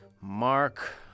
Mark